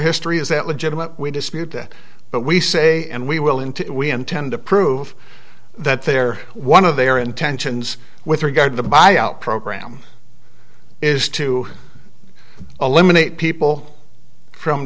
history is that legitimate we dispute that but we say and we will into it we intend to prove that they're one of their intentions with regard to buy out program is to eliminate people from